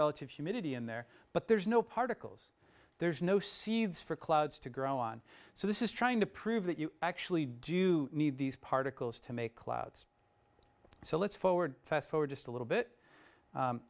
relative humidity in there but there's no particles there's no seeds for clouds to grow on so this is trying to prove that you actually do need these particles to make clouds so let's forward fast forward just a little bit